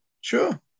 Sure